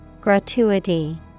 Gratuity